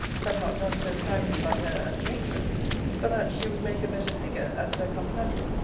had not done so kindly by her as nature for that she would make a better figure as her companion.